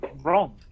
wrong